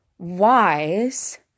wise